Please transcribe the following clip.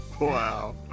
Wow